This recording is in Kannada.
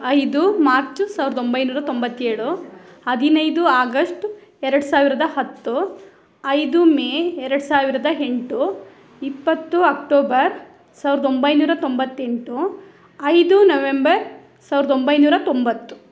ಐದು ಮಾರ್ಚು ಸಾವಿರದ ಒಂಬೈನೂರ ತೊಂಬತ್ತೇಳು ಹದಿನೈದು ಆಗಸ್ಟ್ ಎರಡು ಸಾವಿರದ ಹತ್ತು ಐದು ಮೇ ಎರಡು ಸಾವಿರದ ಎಂಟು ಇಪ್ಪತ್ತು ಅಕ್ಟೋಬರ್ ಸಾವಿರದ ಒಂಬೈನೂರ ತೊಂಬತ್ತೆಂಟು ಐದು ನವೆಂಬರ್ ಸಾವಿರದ ಒಂಬೈನೂರ ತೊಂಬತ್ತು